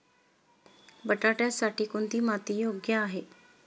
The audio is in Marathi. बटाट्यासाठी कोणती माती योग्य आहे?